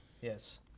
Yes